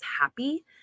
happy